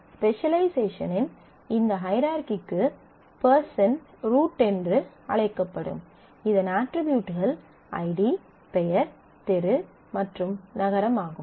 ஸ்பெசலைசேஷனின் இந்த ஹையரார்கீக்கு person root என்று அழைக்கப்படும் இதன் அட்ரிபியூட்கள் ஐடி பெயர் தெரு மற்றும் நகரம் ஆகும்